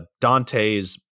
Dante's